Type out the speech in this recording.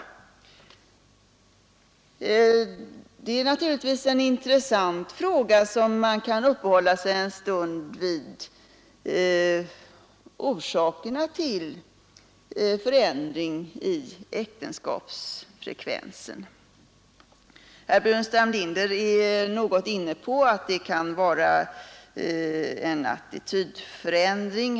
Orsakerna till förändringarna i äktenskapsfrekvensen är naturligtvis en intressant fråga, som man kan uppehålla sig en stund vid. Herr Burenstam Linder tog bl.a. upp frågan om det kan röra sig om en attitydförändring.